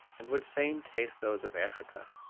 and would fain taste those of africa.